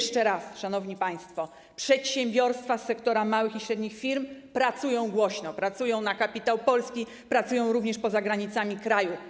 Szanowni państwo, jeszcze raz: przedsiębiorstwa z sektora małych i średnich firm pracują głośno, pracują na kapitał Polski, pracują również poza granicami kraju.